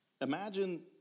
Imagine